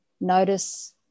notice